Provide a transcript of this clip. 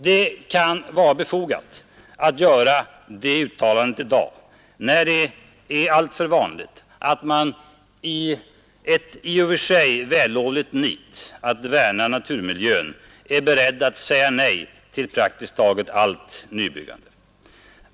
Det kan vara befogat att göra detta uttalande i dag när det är alltför vanligt att man i ett i och för sig vällovligt nit att värna om naturmiljön är beredd att säga nej till praktiskt taget allt nybyggande.